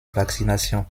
vaccination